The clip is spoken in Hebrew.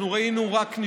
אנחנו ראינו רק היום,